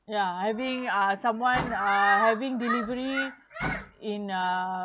ya having uh someone uh having delivery in uh